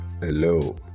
Hello